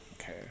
Okay